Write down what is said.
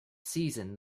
season